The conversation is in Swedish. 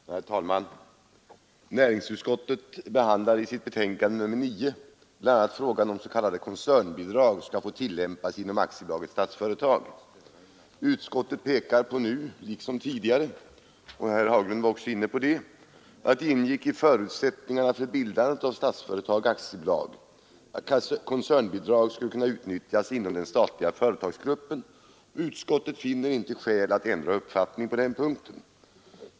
Herr talman! Näringsutskottet behandlar i sitt betänkande nr 9 bl.a. frågan om huruvida s.k. koncernbidrag skall få tillämpas inom Statsföretag AB. Utskottet pekar nu liksom tidigare — och herr Haglund var också inne på det — på att det ingick i förutsättningarna för bildandet av Statsföretag AB att koncernbidrag skulle kunna utnyttjas inom den statliga företagsgruppen, och utskottet finner inte skäl att ändra uppfattning på den punkten.